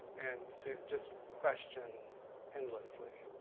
and to just question endlessly.